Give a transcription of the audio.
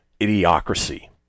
Idiocracy